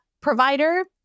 provider